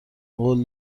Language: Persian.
قول